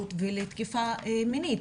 למודעות לתקיפות מיניות.